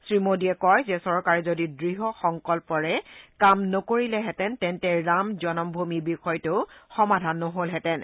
শ্ৰীমোদীয়ে কয় যে চৰকাৰে যদি দৃঢ় সংকল্পৰে কাম নকৰিলেহেতেন তেন্তে ৰাম জনমভূমি বিষয়টোও সমাধান নহলহেতেন